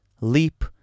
Leap